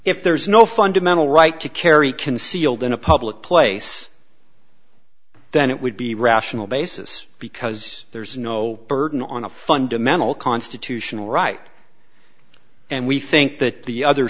if there's no fundamental right to carry concealed in a public place then it would be rational basis because there's no burden on a fundamental constitutional right and we think that the other